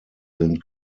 sind